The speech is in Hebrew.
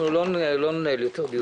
אנחנו לא ננהל יותר דיונים.